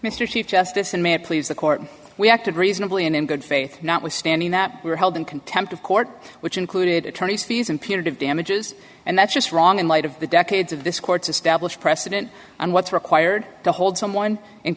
mr chief justice and man please the court we acted reasonably and in good faith notwithstanding that we were held in contempt of court which included attorneys fees and punitive damages and that's just wrong in light of the decades of this court's established precedent and what's required to hold someone